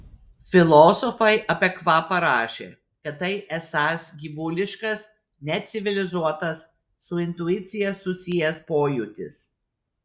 filosofai apie kvapą rašė kad tai esąs gyvuliškas necivilizuotas su intuicija susijęs pojūtis